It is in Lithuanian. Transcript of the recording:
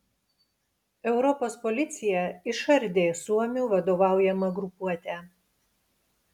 europos policija išardė suomių vadovaujamą grupuotę